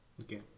Okay